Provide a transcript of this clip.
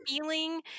feeling